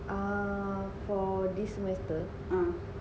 ah for this semester